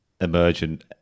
emergent